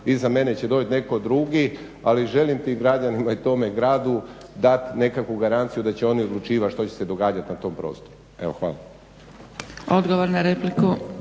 iza mene će doći netko drugi ali želim tim građanima i tome gradu dati nekakvu garanciju da će oni odlučivati što će se događati na tom prostoru. Evo, hvala. **Zgrebec,